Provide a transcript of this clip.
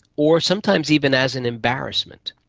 or sometimes even as an embarrassment.